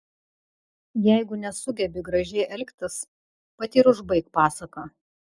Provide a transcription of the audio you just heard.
jeigu nesugebi gražiai elgtis pati ir užbaik pasaką